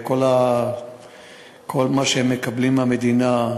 כל מה שהם מקבלים מהמדינה,